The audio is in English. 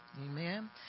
Amen